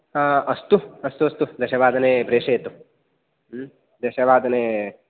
अस्तु अस्तु अस्तु दशवादने प्रेषयतु ह्म् दशवादने